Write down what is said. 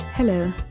Hello